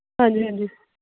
ਹਾਂਜੀ ਹਾਂਜੀ